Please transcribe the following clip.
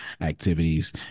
activities